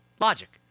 Logic